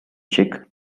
chick